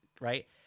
Right